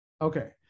okay